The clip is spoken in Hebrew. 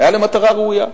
היה למטרה ראויה,